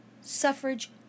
Suffrage